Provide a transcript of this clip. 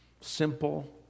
simple